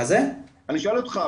אני שואל אותך,